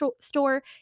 store